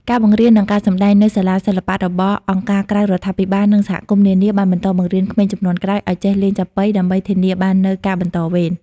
ការបង្រៀន និងការសម្តែង នៅសាលាសិល្បៈរបស់អង្គការក្រៅរដ្ឋាភិបាល និងសហគមន៍នានា បានបន្តបង្រៀនក្មេងជំនាន់ក្រោយឱ្យចេះលេងចាប៉ី ដើម្បីធានាបាននូវការបន្តវេន។